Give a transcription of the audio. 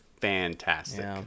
fantastic